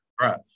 Right